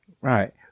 right